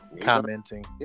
commenting